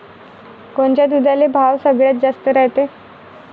कोनच्या दुधाले भाव सगळ्यात जास्त रायते?